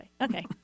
Okay